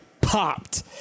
popped